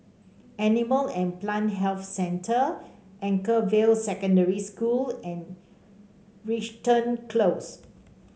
Animal and Plant Health Centre Anchorvale Secondary School and Crichton Close